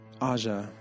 Aja